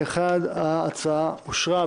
תשעה פה אחד, ההצעה אושרה.